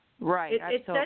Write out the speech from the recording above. Right